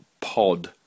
pod